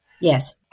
yes